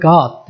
God